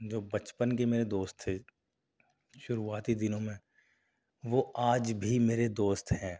جو بچپن کے میرے دوست تھے شروعاتی دنوں میں وہ آج بھی میرے دوست ہیں